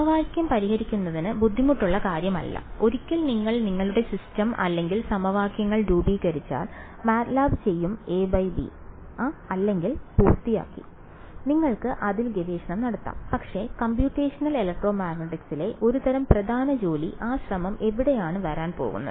സമവാക്യം പരിഹരിക്കുന്നത് ബുദ്ധിമുട്ടുള്ള കാര്യമല്ല ഒരിക്കൽ നിങ്ങൾ നിങ്ങളുടെ സിസ്റ്റം അല്ലെങ്കിൽ സമവാക്യങ്ങൾ രൂപീകരിച്ചാൽ MATLAB ചെയ്യും Ab അല്ലെങ്കിൽ പൂർത്തിയാക്കി നിങ്ങൾക്ക് അതിൽ ഗവേഷണം നടത്താം പക്ഷേ കമ്പ്യൂട്ടേഷണൽ ഇലക്ട്രോമാഗ്നെറ്റിക്കിലെ ഒരുതരം പ്രധാന ജോലി ആ ശ്രമം എവിടെയാണ് വരാൻ പോകുന്നത്